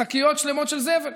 שקיות שלמות של זבל.